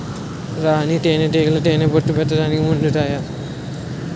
రాణీ తేనేటీగలు తేనెపట్టు పెట్టడానికి ముందుంటాయి